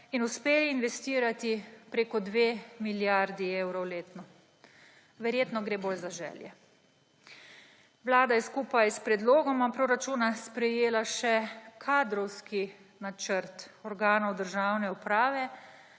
in uspeli investirati preko dve milijardi evrov letno. Verjetno gre bolj za želje. Vlada je skupaj s predlogoma proračuna sprejela še kadrovski načrt organov državne uprave